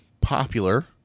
popular